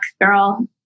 girl